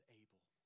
able